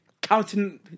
counting